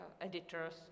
editors